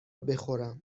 بخورم